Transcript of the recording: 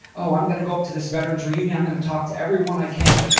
oh, i'm gonna go up to this veteran's reunion. i'm gonna talk to everyone i can.